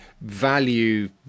value